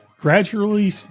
gradually